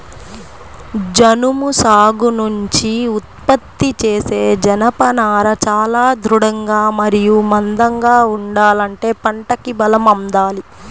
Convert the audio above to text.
జనుము సాగు నుంచి ఉత్పత్తి చేసే జనపనార చాలా దృఢంగా మరియు మందంగా ఉండాలంటే పంటకి బలం అందాలి